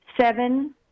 seven